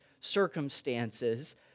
circumstances